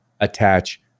Attach